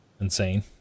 insane